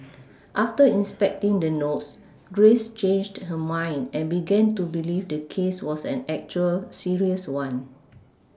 after inspecting the notes Grace changed her mind and began to believe the case was an actual serious one